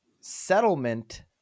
settlement